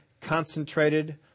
concentrated